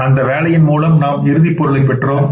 அந்த வேலையின் மூலம் நாம் இறுதி பொருளை பெற்றோம்